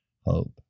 Hope